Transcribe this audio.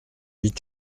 huit